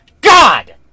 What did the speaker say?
God